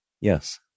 Yes